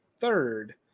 third